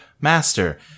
master